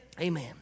Amen